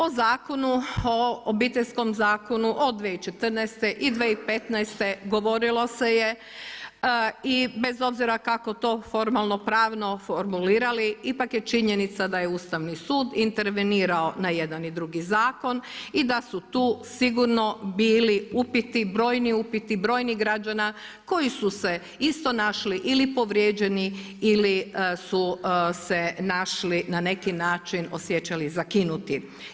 O Obiteljskom zakonu od 2014. i 2015. govorilo se je i bez obzira kako to formalnopravno formulirali ipak je činjenica da je Ustavni sud intervenirao na jedan i drugi zakon i da su tu sigurno bili upiti, brojni upiti, brojnih građana koji su se isto našli ili povrijeđeni ili su se na neki način osjećali zakinuti.